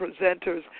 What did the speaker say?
presenters